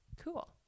cool